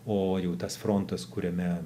o jau tas frontas kuriame